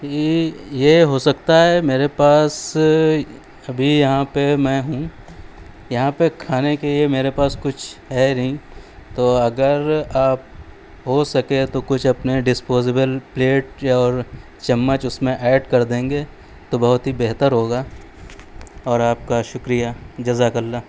یہ یہ ہو سکتا ہے میرے پاس ابھی یہاں پہ میں ہوں یہاں پہ کھانے کے لیے میرے پاس کچھ ہے نہیں تو اگر آپ ہو سکے تو کچھ اپنے ڈسپوزیبل پلیٹ اور چمچ اس میں ایڈ کر دیں گے تو بہت ہی بہتر ہوگا اور آپ کا شکریہ جزاک اللہ